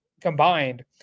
combined